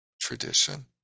tradition